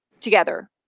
together